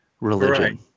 religion